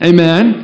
Amen